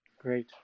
Great